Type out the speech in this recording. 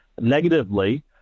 negatively